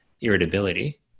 irritability